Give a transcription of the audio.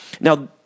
Now